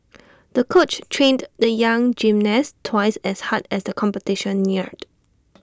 the coach trained the young gymnast twice as hard as the competition neared